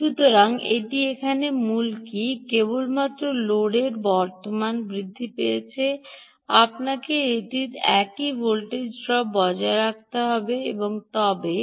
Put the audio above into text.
সুতরাং এটি এখানে মূল কী কেবলমাত্র লোডের বর্তমান বৃদ্ধি পেয়েছে আপনাকে এটির একই ভোল্টেজের ড্রপ বজায় রাখতে হবে তবে